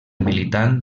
militant